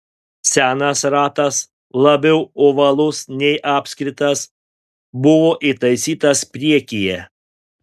senas ratas labiau ovalus nei apskritas buvo įtaisytas priekyje